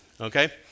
okay